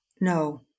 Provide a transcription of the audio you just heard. No